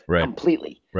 completely